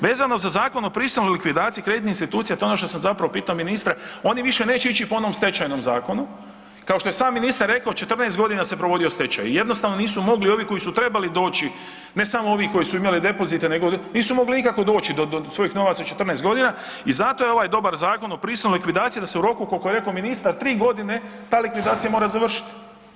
Vezano za Zakon o prisilnoj likvidaciji kreditnih institucija to je ono što sam zapravo pitao ministra, oni više neće ići po onom stečajnom zakonu, kao što je sam ministar rekao 14 godina se provodio stečaj i jednostavno nisu mogli ovi koji su trebali doći, ne samo ovi koji su imali depozite nego nisu mogli nikako doći do svojih novaca 14 godina i zato je dobar ovaj zakon prisilnoj likvidaciji da se u roku koliko je rekao ministra ta likvidacija mora završiti.